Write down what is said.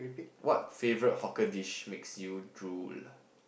what favourite hawker dish makes you drool lah